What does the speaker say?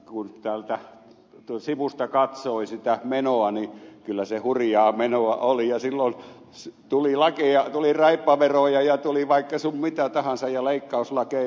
kun sivusta katsoi sitä menoa niin kyllä se hurjaa menoa oli ja silloin tuli raippaveroja ja tuli vaikka sun mitä tahansa ja leikkauslakeja